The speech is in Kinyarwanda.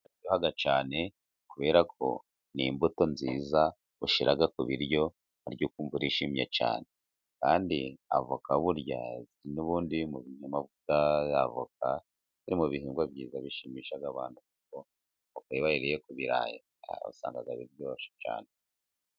Avoka iraryoha cyane, kubera ko ni immbuto nziza ushyira ku biryo ukarya ukumva urishimye cyane, kandi avoka burya n'ubundi, avoka iri mu bihingwa byiza bishimisha abantu, kuko iyo bayiriye ku birayi usanga biryoshye cyane.